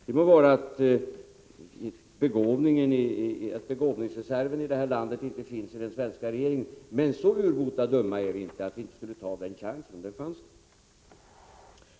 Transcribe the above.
Det må vara att begåvningsreserven i vårt land inte finns i den svenska regeringen, men så urbota dumma är vi inte att vi inte skulle ta den chansen om den fanns.